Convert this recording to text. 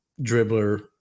dribbler